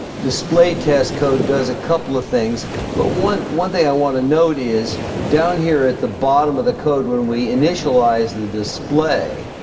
display test code does a couple of things but one one thing i want to note is down here at the bottom of the code when we initialize the display